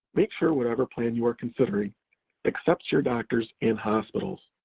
make sure whatever plan you are considering accepts your doctors and hospitals.